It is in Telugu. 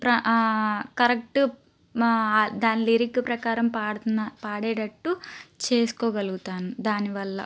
ప్ర కరెక్ట్ మా దాని లిరిక్ ప్రకారం పాడుతున్న పాడేటట్టు చేసుకోగలుగుతాను దానివల్ల